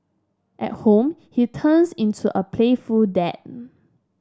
at home he turns into a playful dad